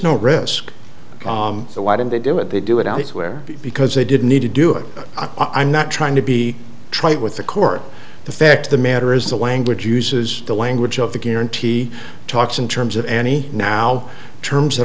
no risk so why did they do it they do it i swear because they didn't need to do it i'm not trying to be trite with the court the fact the matter is the language uses the lang which of the guarantee talks in terms of any now terms that